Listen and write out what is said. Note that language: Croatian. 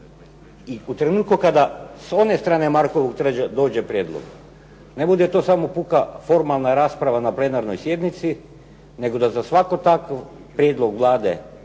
i u trenutku kada s one strane Markovog trga dođe prijedlog, ne bude to samo puka formalna rasprava na plenarnoj sjednici, nego da za svaki takav prijedlog Vlade